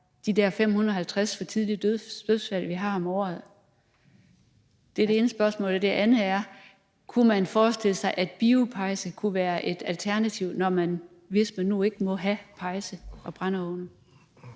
de der 550 for tidlige dødsfald, vi har om året. Det er det ene spørgsmål. Det andet er: Kunne man forestille sig, at biopejse kunne være et alternativ, hvis man nu ikke må have pejse og brændeovne?